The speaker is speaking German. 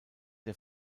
der